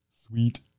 Sweet